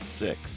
six